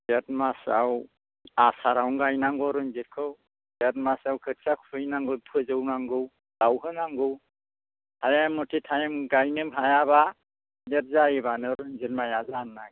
जेत मासाव आसारावनो गायनांगौ रनजितखौ जेत मासाव खोथिया खुबैनांगौ फोजौनांगौ लावहोनांगौ टाइम मथे टाइम गायनो हायाब्ला जेत जायोब्लानो रनजित माइआ जानो नागेरा